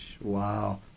wow